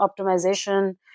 optimization